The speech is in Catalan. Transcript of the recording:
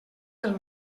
del